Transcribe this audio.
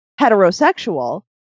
heterosexual